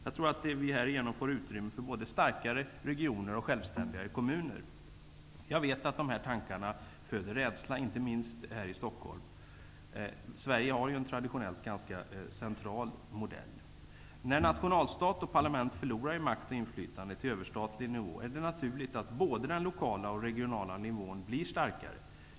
Jag tror att vi härigenom får utrymme för både starkare regioner och självständigare kommuner. Jag vet att dessa tankar föder rädsla, inte minst här i Stockholm. Sverige har ju traditionellt en ganska central modell. När nationalstat och parlament förlorar i makt och inflytande till överstatlig nivå, är det naturligt att både den lokala och den regionala nivån blir starkare.